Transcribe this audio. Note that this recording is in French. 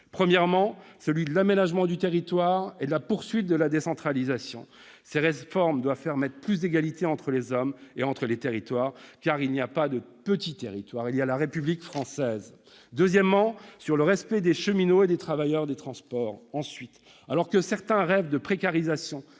D'abord, il y a l'aménagement du territoire et la poursuite de la décentralisation. Ces réformes doivent permettre plus d'égalité entre les hommes et entre les territoires, car il n'y a pas de petits territoires : il y a la République française ! Ensuite, il convient de respecter les cheminots et les travailleurs des transports. Alors que certains rêvent de précarisation